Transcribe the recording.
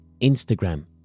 instagram